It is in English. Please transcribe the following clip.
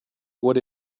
what